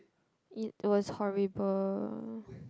it it was horrible